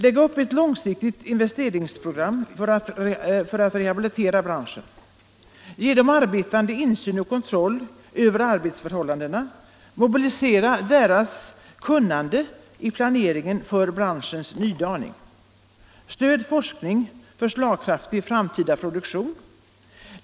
Lägg upp ett långsiktigt investeringsprogram för att rehabilitera branschen. 4. Ge de arbetande insyn och kontroll över arbetsförhållandena. Mobilisera deras kunnande i planeringen för branschens nydaning. 6.